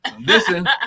listen